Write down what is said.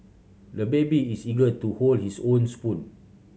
the baby is eager to hold his own spoon